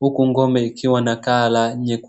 uku ng'ombe ikiwa na color nyekundu.